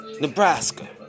Nebraska